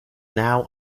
now